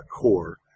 core